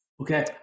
Okay